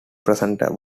presenter